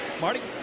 marty?